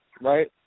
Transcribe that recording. right